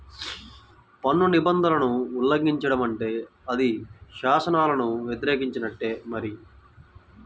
పన్ను నిబంధనలను ఉల్లంఘించడం అంటే అది శాసనాలను వ్యతిరేకించినట్టే మరి